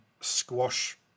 squash